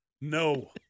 No